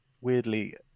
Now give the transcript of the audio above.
weirdly